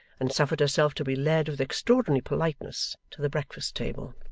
and suffered herself to be led with extraordinary politeness to the breakfast-table.